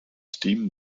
steam